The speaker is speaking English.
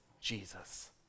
Jesus